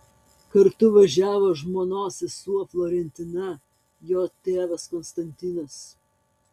kartu važiavo žmonos sesuo florentina jo tėvas konstantinas